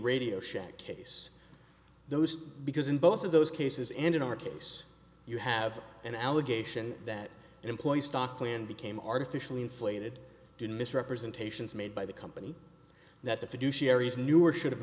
radio shack case those because in both of those cases and in our case you have an allegation that an employee stock plan became artificially inflated did misrepresentations made by the company that the fiduciary is knew or should have